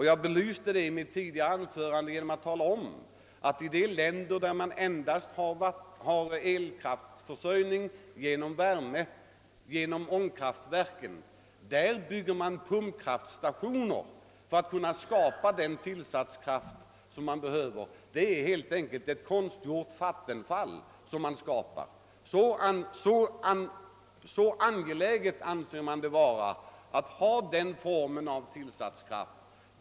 Jag belyste detta i mitt tidigare anförande genom att tala om att i de länder där man endast har elkraftförsörjning genom värme, genom ångkraftverken, bygger man pumpkraftstationer för att skapa den tillsatskraft som behövs. Det är helt enkelt ett konstgjort vattenfall som man skapar. Så angeläget anser man det vara att ha denna form av tillsatskraft.